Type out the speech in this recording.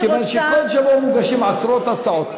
מכיוון שכל שבוע מוגשות עשרות הצעות.